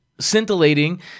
scintillating